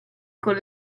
con